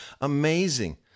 amazing